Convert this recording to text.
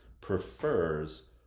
prefers